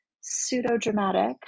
pseudo-dramatic